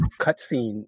cutscene